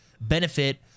benefit